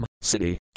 city